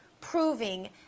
proving